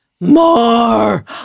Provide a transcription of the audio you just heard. more